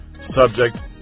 subject